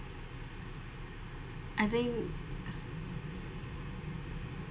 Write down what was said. I think